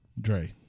Dre